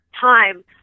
time